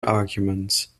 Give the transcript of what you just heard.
arguments